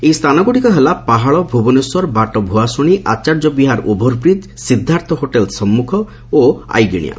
ଏହି ସ୍ତାନଗୁଡ଼ିକ ହେଲା ପାହାଳ ଭୁବନେଶ୍ୱର ବାଟଭୁଆସୁଣୀ ଆଚାର୍ଯ୍ୟବିହାର ଓଭରବ୍ରିକ୍ ସିଦ୍ଧାର୍ଥ ହୋଟେଲ ସମ୍ମୁଖ ଓ ଆଇଗିଣିଆ